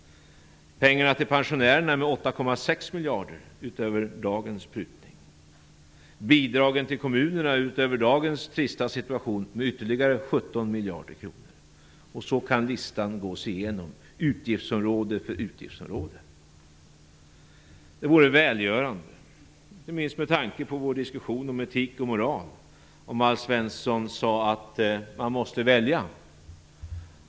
Pengarna till pensionärerna skall reduceras med 8,6 miljarder kronor, utöver dagens prutning. Bidragen till kommunerna, utöver dagens trista situation, skall reduceras med ytterligare 17 miljarder kronor. Så kan listan gås igenom utgiftsområde för utgiftsområde. Det vore välgörande, inte minst med tanke på vår diskussion om etik och moral, om Alf Svensson sade att man måste välja.